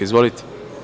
Izvolite.